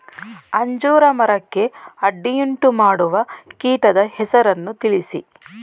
ಅಂಜೂರ ಮರಕ್ಕೆ ಅಡ್ಡಿಯುಂಟುಮಾಡುವ ಕೀಟದ ಹೆಸರನ್ನು ತಿಳಿಸಿ?